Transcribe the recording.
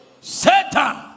Satan